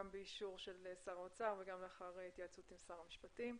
באישור של שר האוצר ולאחר התייעצות עם שר המשפטים.